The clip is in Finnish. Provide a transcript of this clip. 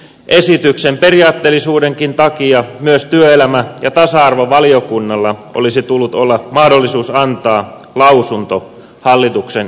esityksen periaatteellisuudenkin takia myös työelämä ja tasa arvovaliokunnalla olisi tullut olla mahdollisuus antaa lausunto hallituksen esityksestä